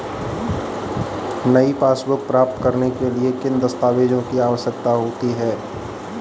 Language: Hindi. नई पासबुक प्राप्त करने के लिए किन दस्तावेज़ों की आवश्यकता होती है?